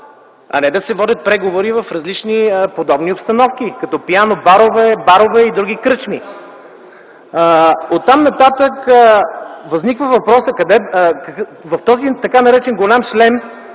а не да се водят преговори в различни подобни обстановки, като пиано-барове, барове и други кръчми? Оттам нататък възниква въпросът: в този така наречен „Голям шлем”,